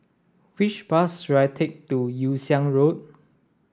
which bus should I take to Yew Siang Road